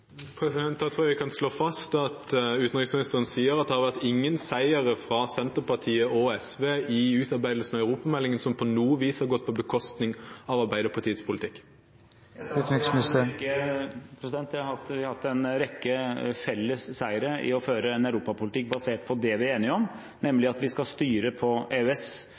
tror jeg at jeg kan slå fast at utenriksministeren sier at det ikke har vært noen seiere for Senterpartiet og SV i utarbeidelsen av europameldingen, som på noe vis har gått på bekostning av Arbeiderpartiets politikk. Jeg sa at vi har hatt en rekke felles seiere ved å føre en europapolitikk basert på det vi er enige om, nemlig at vi skal styre ut fra EØS-,